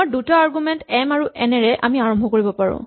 আমাৰ দুটা argument M আৰু এন ৰে আমি আৰম্ভ কৰিব পাৰো